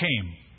came